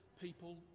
people